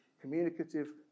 communicative